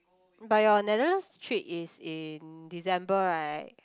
but your Netherlands trip is in December right